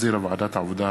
שהחזירה ועדת העבודה,